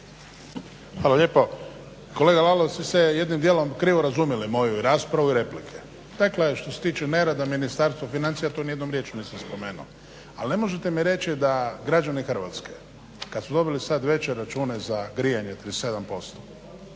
Hvala lijepa. Kolega Lalovac, vi ste jednim dijelom krivo razumjeli moju raspravu i replike. Dakle što se tiče nerada Ministarstvo financija tu nijednom rječju nisam spomenuo ali ne možete mi reći da građani Hrvatske kad su dobili sad veće račune za grijanje 37%,